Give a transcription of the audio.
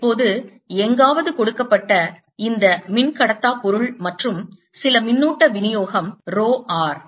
இப்போது எங்காவது கொடுக்கப்பட்ட இந்த மின்கடத்தா பொருள் மற்றும் சில மின்னூட்ட விநியோகம் ரோ r